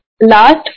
Last